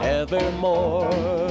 evermore